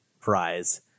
prize